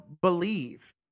believe